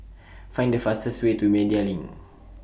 Find The fastest Way to Media LINK